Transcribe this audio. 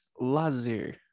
lazer